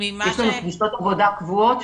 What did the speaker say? יש לנו פגישות עבודה קבועות,